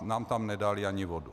Nám tam nedali ani vodu.